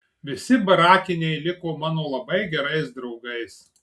visi barakiniai liko mano labai gerais draugais